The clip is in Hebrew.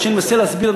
מה שאני מנסה להסביר,